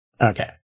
Okay